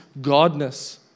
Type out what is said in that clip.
Godness